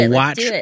watch